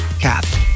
cat